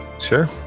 Sure